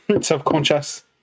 self-conscious